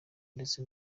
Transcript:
ndetse